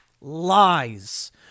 lies